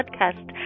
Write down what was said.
podcast